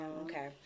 Okay